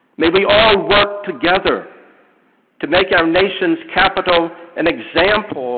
may we all work together to make our nation's capitol an example